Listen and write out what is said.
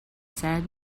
said